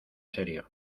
serio